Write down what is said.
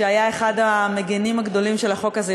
שהיה אחד המגינים הגדולים על החוק הזה,